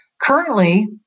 Currently